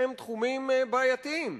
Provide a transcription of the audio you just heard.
תחומים שהם תחומים בעייתיים,